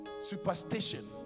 superstition